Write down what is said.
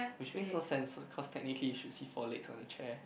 which makes no sense so cause technically you should see four legs on a chair